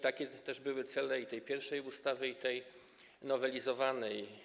Takie też były cele i tej pierwszej ustawy, i tej nowelizowanej.